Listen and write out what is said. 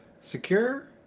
secure